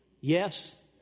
Yes